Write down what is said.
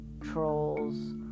trolls